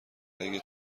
اگه